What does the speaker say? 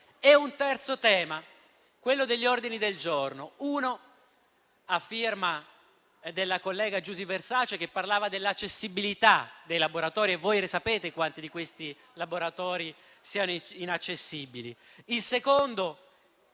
un terzo tema affrontato dagli ordini del giorno, uno a firma della collega Versace che parla dell'accessibilità dei laboratori. Voi sapete quanti di questi laboratori siano inaccessibili.